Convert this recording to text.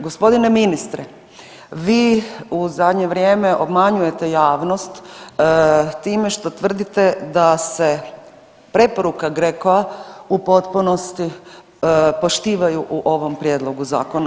Gospodine ministre vi u zadnje vrijeme obmanjujete javnost time što tvrdite da se preporuka GRECO-a u potpunosti poštivaju u ovom prijedlogu zakona.